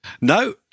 No